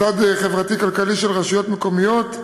מדד חברתי-כלכלי של רשויות מקומיות,